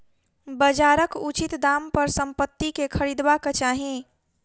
बजारक उचित दाम पर संपत्ति के खरीदबाक चाही